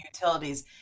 utilities